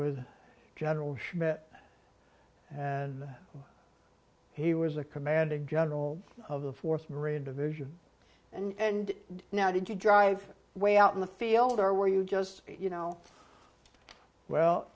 with general schmidt and he was the commanding general of the fourth marine division and now did you drive way out in the field or were you just you know well